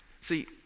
See